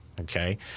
Okay